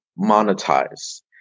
monetize